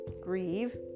grieve